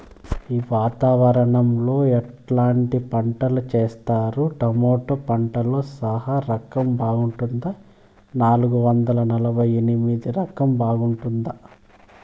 ఈ వాతావరణం లో ఎట్లాంటి పంటలు చేస్తారు? టొమాటో పంటలో సాహో రకం బాగుంటుందా నాలుగు వందల నలభై ఎనిమిది రకం బాగుంటుందా?